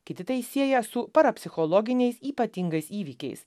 kiti tai sieja su parapsichologiniais ypatingais įvykiais